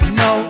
no